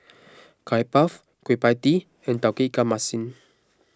Curry Puff Kueh Pie Tee and Tauge Ikan Masin